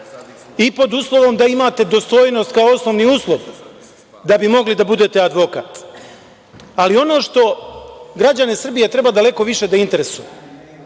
i pod uslovom da imate dostojnost kao osnovni uslov da bi mogli da budete advokat. Ali, ono što građane Srbije treba daleko više da interesuje,